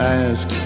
ask